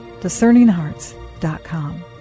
DiscerningHearts.com